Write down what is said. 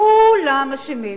כולם אשמים.